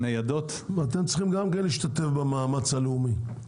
אתם צריכים גם כן להשתתף במאמץ הלאומי,